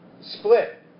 split